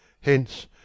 hence